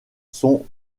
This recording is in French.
sont